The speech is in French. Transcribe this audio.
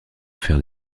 faire